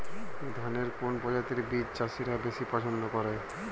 ধানের কোন প্রজাতির বীজ চাষীরা বেশি পচ্ছন্দ করে?